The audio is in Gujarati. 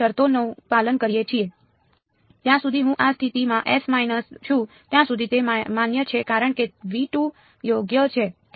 જ્યાં સુધી હું આ સ્થિતિમાં છું ત્યાં સુધી તે માન્ય છે કારણ કે તે યોગ્ય છે